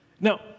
Now